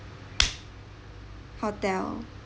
hotel